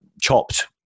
chopped